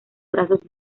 brazos